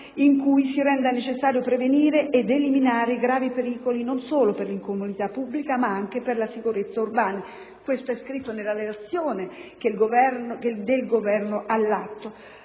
in cui si renda necessario prevenire ed eliminare gravi pericoli non solo per l'incolumità pubblica, ma anche per la sicurezza urbana. Ciò è scritto nella relazione del Governo che